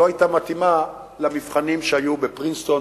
לא היתה מתאימה למבחנים שהיו בפרינסטון,